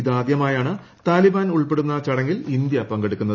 ഇതാദ്യമായാണ് താലിബാൻ ഉൾപ്പെടുന്ന ചടങ്ങിൽ ഇന്ത്യ പങ്കെടുക്കുന്നത്